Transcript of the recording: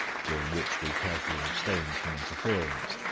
during which we carefully abstained from interference,